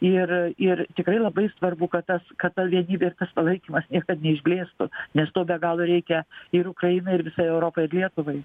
ir ir tikrai labai svarbu kad tas kataleidybės palaikymas niekad neišblėstų nes to be galo reikia ir ukrainai ir visai europai ir lietuvai